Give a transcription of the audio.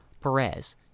Perez